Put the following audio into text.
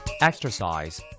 Exercise